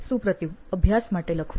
સુપ્રત્તિવ અભ્યાસ માટે લખવું